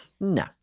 No